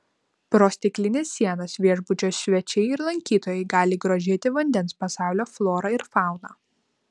pro stiklines sienas viešbučio svečiai ir lankytojai gali grožėtis vandens pasaulio flora ir fauna